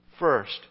First